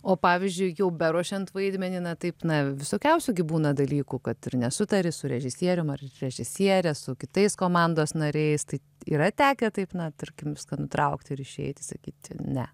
o pavyzdžiui jau beruošiant vaidmenį na taip na visokiausių gi būna dalykų kad ir nesutari su režisierium ar režisiere su kitais komandos nariais tai yra tekę taip na tarkim viską nutraukt ir išeit sakyti ne